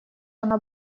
она